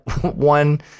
one